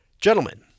gentlemen